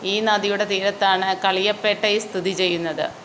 ഈ നദിയുടെ തീരത്താണ് കളിയപ്പേട്ടൈ സ്ഥിതി ചെയ്യുന്നത്